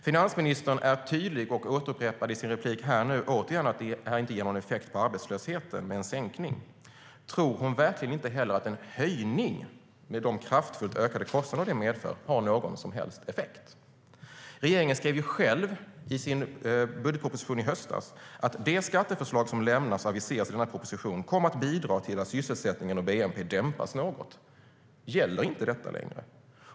Finansministern är tydlig och upprepade nu återigen att en sänkning inte ger någon effekt på arbetslösheten. Tror hon verkligen inte heller att en höjning, med de kraftfullt ökade kostnader det medför, har någon som helst effekt? Regeringen skrev ju själv i sin budgetproposition i höstas att de skatteförslag som aviseras i propositionen kommer att bidra till att sysselsättningen och bnp:n dämpas något. Gäller inte detta längre?